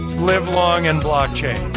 live long and blockchain.